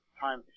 time